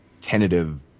tentative